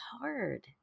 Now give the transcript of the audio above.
hard